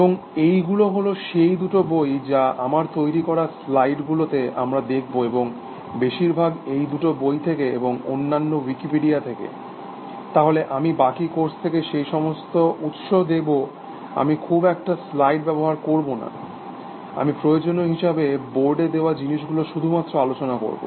এবং এইগুলো হল সেই দুটো বই যা আমার তৈরি করা স্লাইডগুলোতে আমরা দেখব এবং বেশিরভাগ এই দুটো বই থেকে এবং সামান্য উইকিপিডিয়া থেকে তাহলে আমি বাকি কোর্স থেকে সেই সমস্ত উৎস দেব আমি খুব একটা স্লাইড ব্যবহার করব না আমি প্রয়োজনীয় হিসাবে বোর্ডে দেওয়া জিনিসগুলো শুধুমাত্র আলোচনা করব